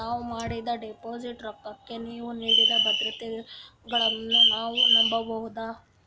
ನಾವು ಮಾಡಿದ ಡಿಪಾಜಿಟ್ ರೊಕ್ಕಕ್ಕ ನೀವು ನೀಡಿದ ಭದ್ರತೆಗಳನ್ನು ನಾವು ನಂಬಬಹುದಾ?